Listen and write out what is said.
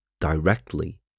directly